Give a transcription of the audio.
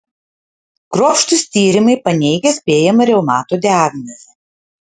kruopštūs tyrimai paneigė spėjamą reumato diagnozę